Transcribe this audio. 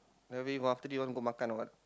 then after this after this you go makan or what